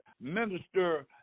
minister